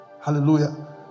hallelujah